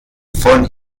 von